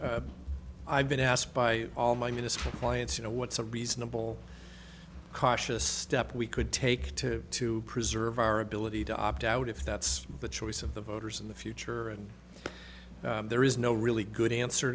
so i've been asked by all my ministry clients you know what's a reasonable cautious step we could take to to preserve our ability to opt out if that's the choice of the voters in the future and there is no really good answer